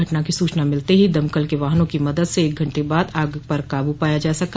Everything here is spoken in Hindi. घटना की सूचना मिलते ही दमकल के वाहनों की मदद से एक घण्टे बाद आग पर काबू पाया जा सका